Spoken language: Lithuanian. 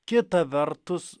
kita vertus